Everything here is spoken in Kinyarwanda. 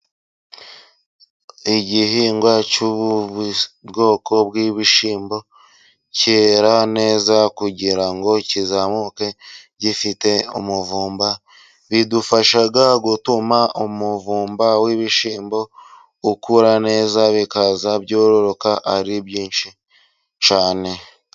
Igihingwa cy'ubu bwoko bw'ibishyimbo, kera neza kugira ngo kizamuke gifite umuvumba, bidufasha gutuma umuvumba w'ibishyimbo ukura neza bikaza byororoka ari byinshi cyane.